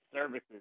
Services